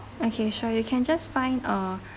okay sure you can just find uh